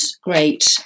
great